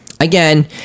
Again